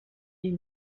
est